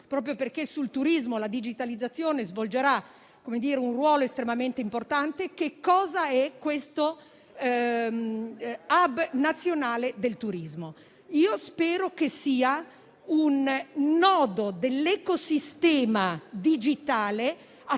proprio perché sul turismo la digitalizzazione svolgerà un ruolo estremamente importante, che cosa è questo *hub* nazionale del turismo. Spero che sia un nodo dell'ecosistema digitale attorno